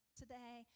today